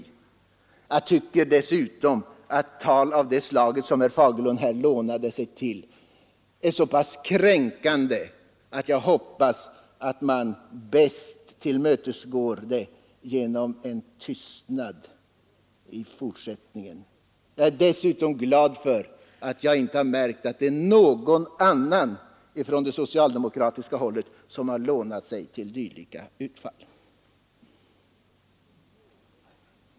Dessutom är tal av det slaget som herr Fagerlund ägnade sig åt så pass kränkande att jag tror att det bästa är att man bemöter det med tystnad i fortsättningen. Jag är för övrigt glad över att jag inte har märkt att någon annan från det socialdemokratiska hållet har lånat sig till dylika utfall.